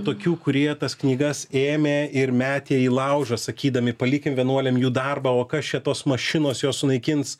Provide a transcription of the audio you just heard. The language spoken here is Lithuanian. tokių kurie tas knygas ėmė ir metė į laužą sakydami palikim vienuoliam jų darbą o kas čia tos mašinos jos sunaikins